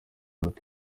nuko